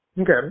Okay